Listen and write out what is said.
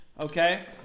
Okay